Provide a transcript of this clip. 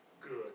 good